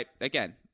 Again